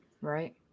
Right